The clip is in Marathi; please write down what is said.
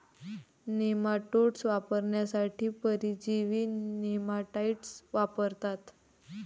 नेमाटोड्स मारण्यासाठी परजीवी नेमाटाइड्स वापरतात